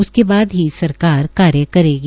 उसके बाद ही सरकार कार्य करेगी